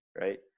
right